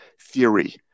theory